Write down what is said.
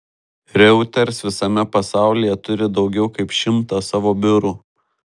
reuters visame pasaulyje turi daugiau kaip šimtą savo biurų